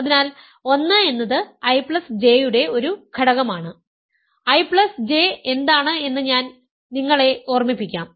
അതിനാൽ 1 എന്നത് IJ യുടെ ഒരു ഘടകമാണ് IJ എന്താണ് എന്ന് ഞാൻ നിങ്ങളെ ഓർമ്മിപ്പിക്കാം